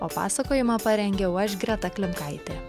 o pasakojimą parengiau aš greta klimkaitė